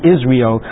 Israel